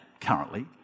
currently